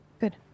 Good